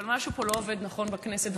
אבל משהו פה לא עובד נכון בכנסת.